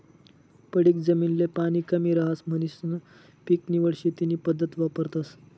पडीक जमीन ले पाणी कमी रहास म्हणीसन पीक निवड शेती नी पद्धत वापरतस